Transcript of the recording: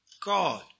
God